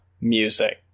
music